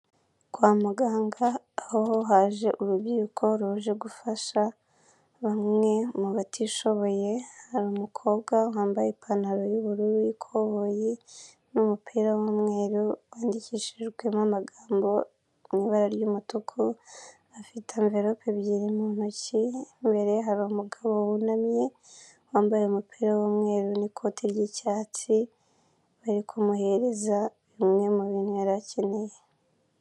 Kwa muganga aho haje urukiko ruje gufasha bamwe mu batishoboye hari mukobwa wambaye ipantaro y'ubururu y'ikoboyi n'umupira w'umweru wandikishijweho amagambo mu ibara ry'umutuku, bafite anvelope ebyiri mu ntoki imbere hari umugabo wunamye wambaye umupira w'umweru n'ikoti ry icyatsi ari kumuhireza bimwe mu bintu yari birakeneye.